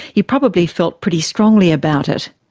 you probably felt pretty strongly about it.